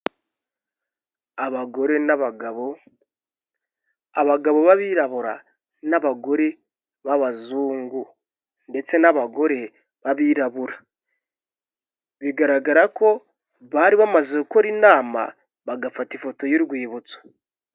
Abagore n'abagabo abagabo b'abirabura n'abagore b'abazungu ndetse n'abagore b'abirabura, bigaragara ko bari bamaze gukora inama bagafata ifoto y'urwibutso.